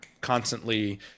constantly